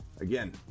Again